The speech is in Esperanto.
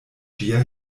ĝia